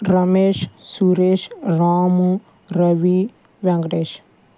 Ramesh Suresh Ramu Ravi Venkatesh